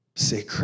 Say